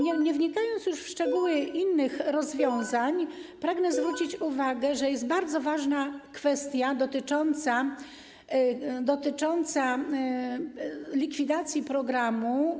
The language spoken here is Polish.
Nie wnikając już w szczegóły innych rozwiązań, pragnę zwrócić uwagę, że jest bardzo ważna kwestia dotycząca likwidacji programu.